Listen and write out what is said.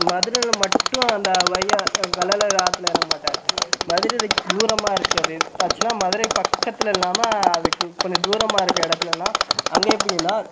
மதுரையில் மட்டும் அந்த வைகை கல்லழகர் ஆற்றுல இறங்க மாட்டார் மதுரையில் தூரமாக இருக்கிறது எத் ஆக்ச்சுவலாக மதுரைக்கு பக்கத்தில் இல்லாமல் அதுக்கு கொஞ்சம் தூரமாக இருக்கற இடத்துலலாம் அங்கே எப்படின்னா